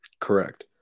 Correct